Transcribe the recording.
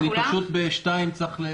פשוט בשעה 14:00 אני צריך לעזוב.